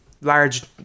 large